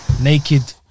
naked